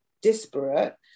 disparate